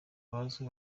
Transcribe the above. bazwi